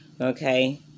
okay